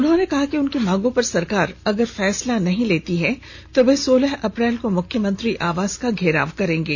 उन्होंने कहा कि उनकी मांगों पर सरकार अगर फैसला नहीं लेती है तो वे सोलह अप्रैल को मुख्यमंत्री आवास का घेराव करेंगे